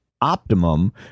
Optimum